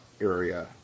area